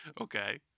Okay